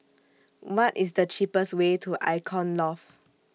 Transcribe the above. What IS The cheapest Way to Icon Loft